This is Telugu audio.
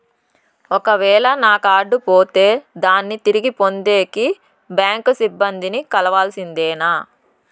ఒక వేల నా కార్డు పోతే దాన్ని తిరిగి పొందేకి, బ్యాంకు సిబ్బంది ని కలవాల్సిందేనా?